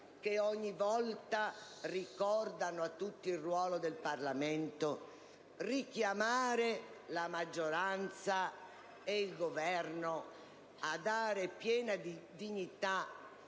che ogni volta ricordano a tutti il ruolo del Parlamento, richiamando la maggioranza e il Governo a dare piena dignità